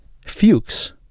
Fuchs